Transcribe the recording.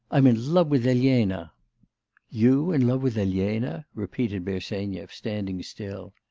i'm in love with elena you in love with elena repeated bersenyev, standing still.